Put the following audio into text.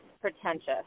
pretentious